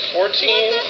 Fourteen